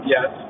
Yes